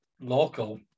local